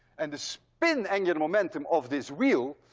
and the spin angular momentum of this wheel,